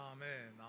Amen